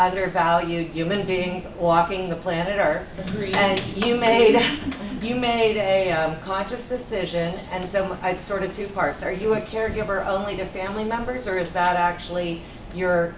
undervalued human beings walking the planet are free and you made you made a conscious decision and so i sort of two parts are you a caregiver only to family members or is that actually your